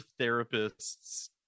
therapists